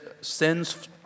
sends